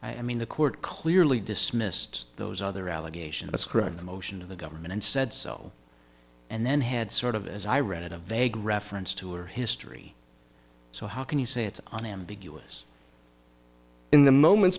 i mean the court clearly dismissed those other allegation that's correct the motion of the government and said so and then had sort of as i read it a vague reference to her history so how can you say it's an ambiguous in the moments